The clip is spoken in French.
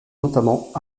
notamment